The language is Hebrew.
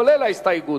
כולל ההסתייגות.